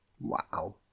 Wow